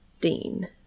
Dean